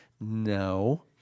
No